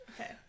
okay